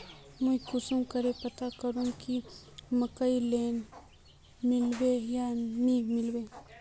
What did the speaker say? मुई कुंसम करे पता करूम की मकईर लोन मिलबे या नी मिलबे?